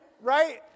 Right